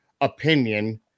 opinion